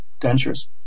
dentures